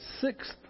sixth